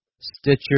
Stitcher